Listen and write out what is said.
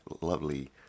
lovely